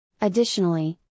Additionally